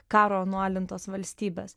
karo nualintos valstybės